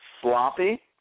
Sloppy